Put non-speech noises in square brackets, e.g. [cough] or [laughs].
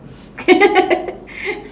[laughs]